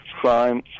crime